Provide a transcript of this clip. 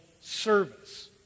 service